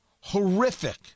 Horrific